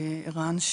ערן,